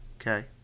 okay